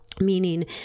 Meaning